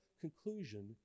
conclusion